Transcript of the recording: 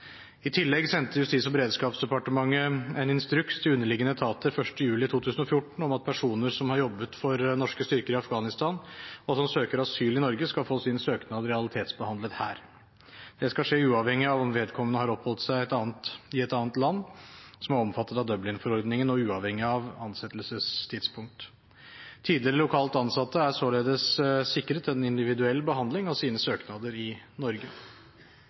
I tillegg sendte Justis- og beredskapsdepartementet en instruks til underliggende etater 1. juli 2014 om at personer som har jobbet for norske styrker i Afghanistan, og som søker asyl i Norge, skal få sin søknad realitetsbehandlet her. Det skal skje uavhengig av om vedkommende har oppholdt seg i et annet land som er omfattet av Dublin-forordningen, og uavhengig av ansettelsestidspunkt. Tidligere lokalt ansatte er således sikret en individuell behandling av sine søknader i Norge.